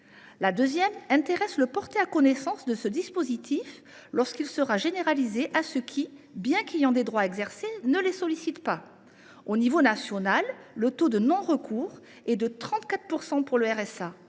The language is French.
La seconde a trait au « porté à connaissance » de ce dispositif lorsqu’il sera généralisé à ceux qui, bien qu’ayant des droits à exercer, ne le sollicitent pas. Au niveau national, le taux de non recours est de 34 % pour le RSA